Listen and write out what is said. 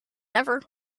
never